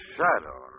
Shadow